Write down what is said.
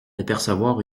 d’apercevoir